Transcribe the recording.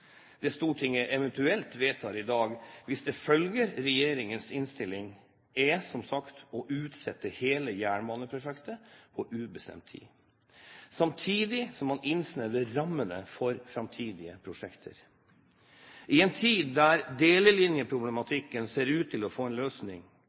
Det Stortinget eventuelt vedtar i dag, hvis det følger regjeringspartienes innstilling, er som sagt å utsette hele jernbaneprosjektet på ubestemt tid, samtidig som man innsnevrer rammene for framtidige prosjekter. I en tid